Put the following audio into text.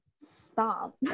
stop